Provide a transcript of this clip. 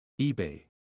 eBay